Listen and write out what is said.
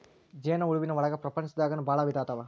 ಜೇನ ಹುಳುವಿನ ಒಳಗ ಪ್ರಪಂಚದಾಗನ ಭಾಳ ವಿಧಾ ಅದಾವ